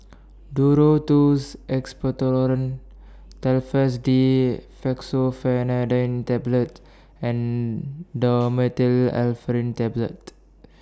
Duro Tuss Expectorant Telfast D Fexofenadine Tablets and Dhamotil Tablet